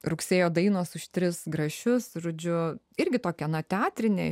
rugsėjo dainos už tris grašius žodžiu irgi tokia na teatrinė